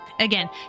Again